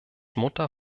mutter